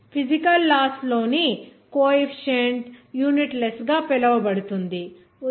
physical laws లోని coefficient unitless గా పిలువబడుతుంది ఉదా